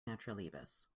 naturalibus